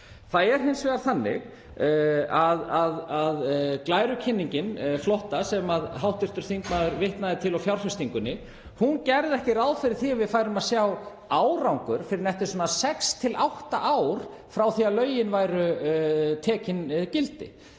Það er hins vegar þannig að glærukynningin flotta, sem hv. þingmaður vitnaði til úr fjárfestingunni, gerði ekki ráð fyrir því að við færum að sjá árangur fyrr en eftir svona 6–8 ár frá því að lögin hefðu tekið gildi.